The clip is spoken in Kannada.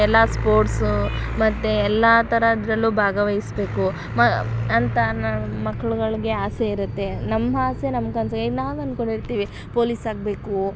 ಎಲ್ಲ ಸ್ಪೋರ್ಟ್ಸು ಮತ್ತು ಎಲ್ಲ ಥರದ್ರಲ್ಲೂ ಭಾಗವಹಿಸಬೇಕು ಮ ಅಂತ ನಾನು ಮಕ್ಕಳುಗಳ್ಗೆ ಆಸೆ ಇರುತ್ತೆ ನಮ್ಮ ಆಸೆ ನಮ್ಮ ಕನಸು ಈಗ ನಾವು ಅಂದ್ಕೊಂಡಿರ್ತೀವಿ ಪೊಲೀಸ್ ಆಗಬೇಕು